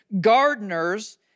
gardeners